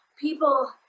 people